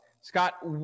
Scott